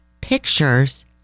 pictures